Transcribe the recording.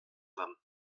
vingt